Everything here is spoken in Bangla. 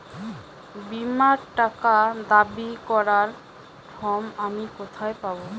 বীমার টাকা দাবি করার ফর্ম আমি কোথায় পাব?